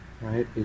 right